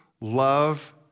love